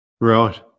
Right